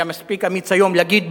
הוא היה מספיק אמיץ היום להגיד בוועדה: